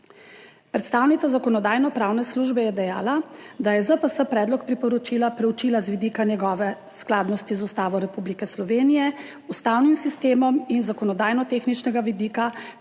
Predstavnica Zakonodajno-pravne službe je dejala, da je ZPS predlog priporočila preučila z vidika njegove skladnosti z Ustavo Republike Slovenije, ustavnim sistemom in zakonodajno-tehničnega vidika